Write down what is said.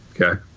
Okay